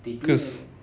they do have